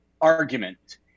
argument